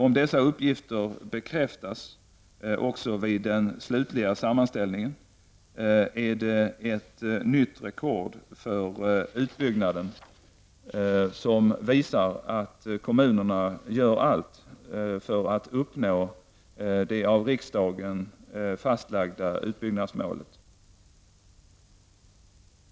Om dessa uppgifter bekräftas också vid den slutliga sammanställningen är det ett nytt rekord för utbyggnaden som visar att kommunerna gör allt för att uppnå det av riksdagen fastlagda utbyggnadsmålet.